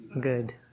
Good